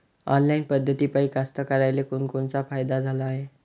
Online पद्धतीपायी कास्तकाराइले कोनकोनचा फायदा झाला हाये?